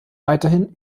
weiterhin